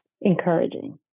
encouraging